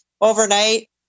overnight